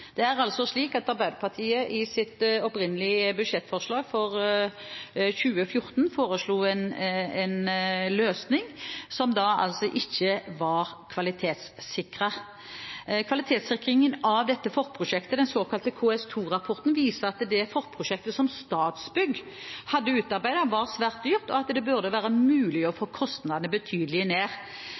Det er slik at Arbeiderpartiet i sitt opprinnelige budsjettforslag for 2014 foreslo en løsning som da ikke var kvalitetssikret. Kvalitetssikringen av dette forprosjektet, den såkalte KS2-rapporten, viser at det forprosjektet som Statsbygg hadde utarbeidet, var svært dyrt, og at det burde være mulig å få kostnadene betydelig ned.